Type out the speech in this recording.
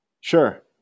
Sure